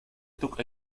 took